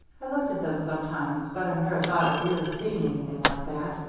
i looked at them sometimes, but i never thought of really seeing anything like that.